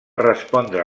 respondre